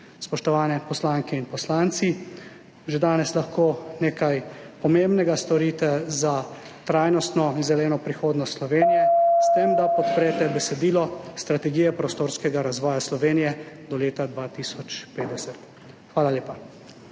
Spoštovane poslanke in poslanci, že danes lahko nekaj pomembnega storite za trajnostno zeleno prihodnost Slovenije s tem, da podprete besedilo strategije prostorskega razvoja Slovenije do leta 2050. Hvala lepa.